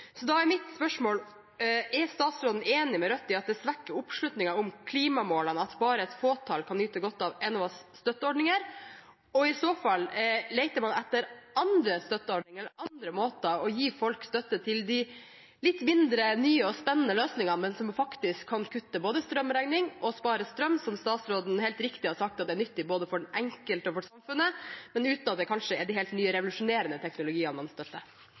Da er mitt spørsmål: Er statsråden enig med Rødt i at det at bare et fåtall kan nyte godt av Enovas støtteordninger, svekker oppslutningen om klimamålene? Og i så fall: Leter man etter andre støtteordninger eller andre måter for å gi folk støtte til det som er litt mindre nye og spennende løsninger, men som faktisk både kan kutte strømregning og spare strøm, som statsråden helt riktig har sagt er nyttig både for den enkelte og for samfunnet, uten at det kanskje er de helt nye, revolusjonerende teknologiene man støtter?